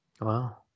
Wow